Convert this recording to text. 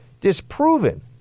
disproven